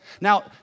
Now